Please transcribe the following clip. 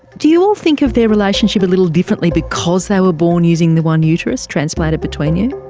do you all think of their relationship a little differently because they were born using the one uterus transplanted between you?